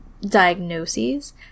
diagnoses